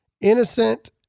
innocent